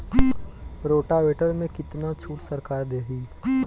Rotavator में कितना छूट सरकार देही?